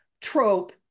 trope